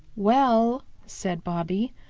well, said bobby,